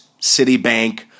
Citibank